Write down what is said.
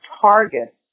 target